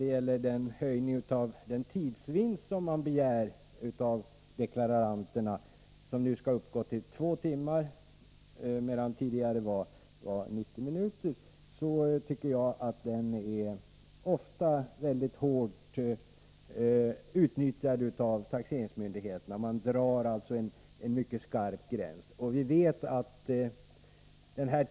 Jag vill bara säga att myndigheterna ofta mycket hårt tillämpar det från 90 minuter till 2 timmar skärpta kravet på den tidsvinst som skall föreligga innan deklaranten får göra avdrag. Myndigheterna drar alltså en mycket skarp gräns i detta sammanhang.